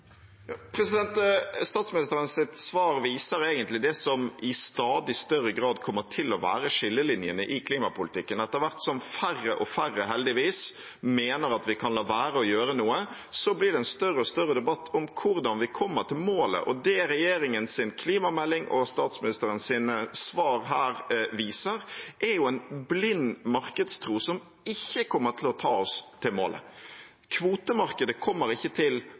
svar viser egentlig det som i stadig større grad kommer til å være skillelinjene i klimapolitikken. Etter hvert som færre og færre – heldigvis – mener at vi kan la være å gjøre noe, blir det en større og større debatt om hvordan vi kommer til målet. Det regjeringens klimamelding og statsministerens svar her viser, er jo en blind markedstro som ikke kommer til å ta oss til målet. Kvotemarkedet kommer ikke til